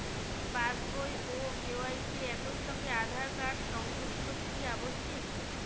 পাশ বই ও কে.ওয়াই.সি একই সঙ্গে আঁধার কার্ড সংযুক্ত কি আবশিক?